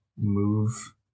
move